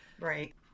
Right